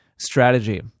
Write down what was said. Strategy